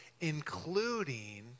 including